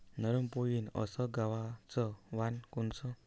नरम पोळी येईन अस गवाचं वान कोनचं?